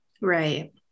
right